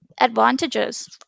advantages